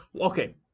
okay